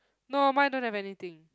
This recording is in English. no mine don't have anything